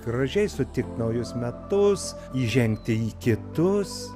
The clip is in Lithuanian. gražiai sutikt naujus metus įžengti į kitus